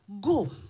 go